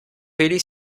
peli